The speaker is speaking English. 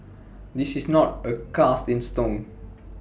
this is not A cast in stone